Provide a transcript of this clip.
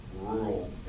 rural